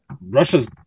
Russia's